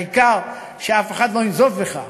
העיקר שאף אחד לא ינזוף בך.